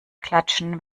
klatschen